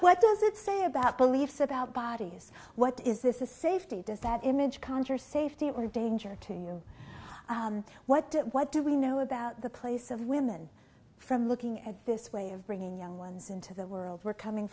what does it say about beliefs about bodies what is this a safety does that image conjure safety or danger to you what what do we know about the place of women from looking at this way of bringing young ones into the world we're coming